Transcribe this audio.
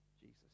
Jesus